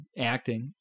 acting